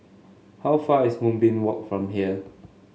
how far is Moonbeam Walk from here